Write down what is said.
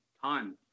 ton